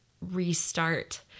restart